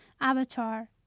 avatar